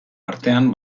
artean